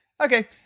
Okay